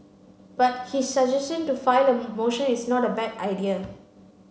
but his suggestion to file a motion is not a bad idea